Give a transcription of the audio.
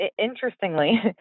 interestingly